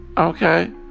Okay